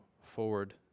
forward